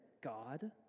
God